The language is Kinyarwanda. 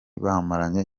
bamaranye